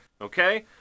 okay